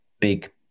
big